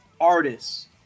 artists